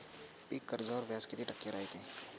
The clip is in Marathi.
पीक कर्जावर व्याज किती टक्के रायते?